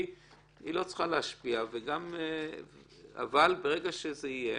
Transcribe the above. היא לא צריכה להשפיע ברגע שזה יהיה,